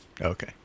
okay